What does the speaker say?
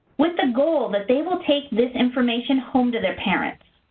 with the goal that they will take this information home to their parents.